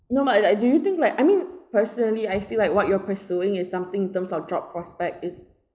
no but I like do you think like I mean personally I feel like what you're pursuing is something in terms of job prospect is